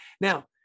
now